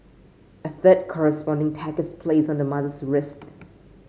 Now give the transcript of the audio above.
a third corresponding tag is placed on the mother's wrist